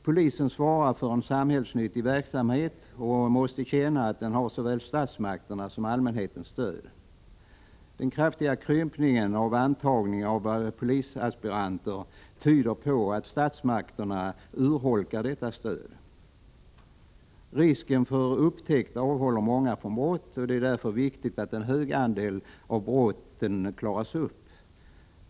Polisen svarar för en samhällsnyttig verksamhet och måste känna att den har såväl statsmakternas som allmänhetens stöd. Den kraftiga krympningen när det gäller antagningen av polisaspiranter tyder på att statsmakterna urholkar detta stöd. Risken för upptäckt avhåller många från brott. Det är därför viktigt att en stor andel av brotten klaras upp.